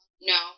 No